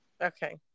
Okay